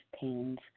pains